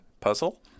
puzzle